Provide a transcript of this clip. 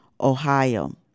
Ohio